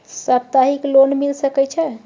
सप्ताहिक लोन मिल सके छै?